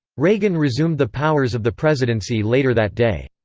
reagan resumed the powers of the presidency later that day.